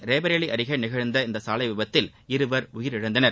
ரேபரேலி அருகே நிகழ்ந்த இந்த சாலை விபத்தில் இருவர் உயிரிழந்தனர்